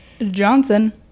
johnson